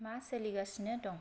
मा सोलिगासिनो दं